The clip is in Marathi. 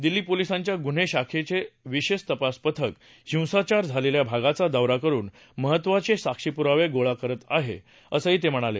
दिल्ली पोलिसांच्या गुन्हे शाखेचं विशेष तपास पथक हिंसाचार झालेल्या भागाचा दौरा करुन महत्त्वाचे साक्षीपुरावे गोळा करत आहे असं ते म्हणाले